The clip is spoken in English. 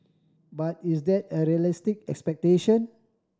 but is that a realistic expectation